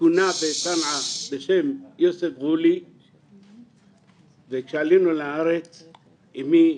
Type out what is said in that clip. שכונה בצנעא בשם יוסף גולי וכשעלינו לארץ אמי,